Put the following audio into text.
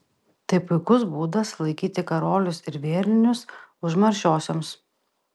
tai puikus būdas laikyti karolius ir vėrinius užmaršiosioms